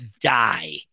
die